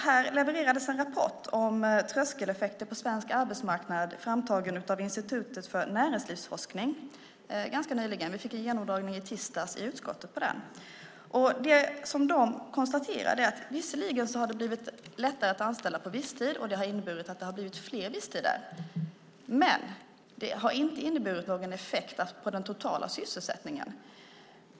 Det levererades en rapport om tröskeleffekter på svensk arbetsmarknad, framtagen av Institutet för Näringslivsforskning, ganska nyligen. Vi fick en genomdragning av den i utskottet i tisdags. I rapporten konstateras att det visserligen blivit lättare att anställa på visstid, vilket inneburit att det blivit fler visstider, men att det inte gett någon effekt på den totala sysselsättningen.